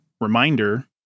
reminder